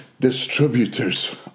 distributors